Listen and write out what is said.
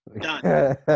Done